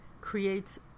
creates